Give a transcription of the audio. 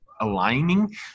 aligning